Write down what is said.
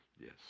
Yes